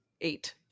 Eight